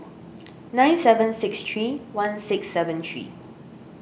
nine seven six three one six seven three